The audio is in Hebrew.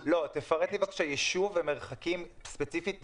תפרט לי, בבקשה, יישוב ומרחקים ספציפית וכדוגמה.